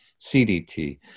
CDT